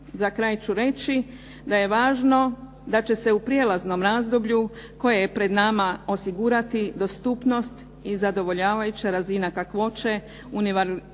Za kraj ću reći, da je važno da će se u prijelaznom razdoblju koje je pred nama osigurati dostupnost i zadovoljavajuća razina kakvoće univerzalnih